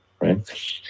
right